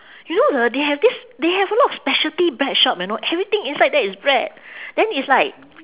you know the they have this they have a lot of specialty bread shop you know everything inside there is bread then it's like